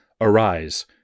Arise